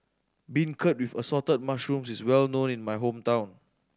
beancurd with Assorted Mushrooms is well known in my hometown